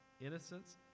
innocence